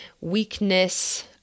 weakness